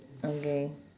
okay